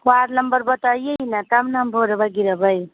ward number बताइए ना तब न हम भोटबा गिरेबै